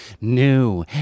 new